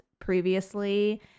previously